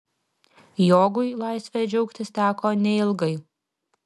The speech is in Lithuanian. jogui laisve džiaugtis teko neilgai